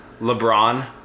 LeBron